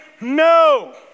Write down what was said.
no